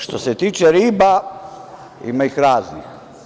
Što se tiče riba, ima ih raznih.